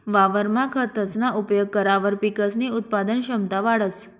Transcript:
वावरमा खतसना उपेग करावर पिकसनी उत्पादन क्षमता वाढंस